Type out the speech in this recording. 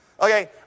Okay